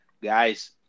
Guys